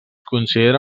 considera